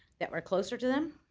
that we're closer to them